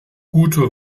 guter